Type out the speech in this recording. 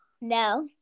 No